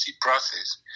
process